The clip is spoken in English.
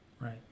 Right